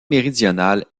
méridionale